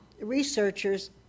researchers